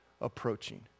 approaching